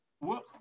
whoops